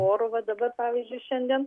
oru va dabar pavyzdžiui šiandien